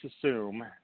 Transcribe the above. assume